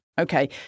Okay